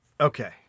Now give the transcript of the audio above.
Okay